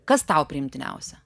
kas tau priimtiniausia